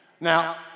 Now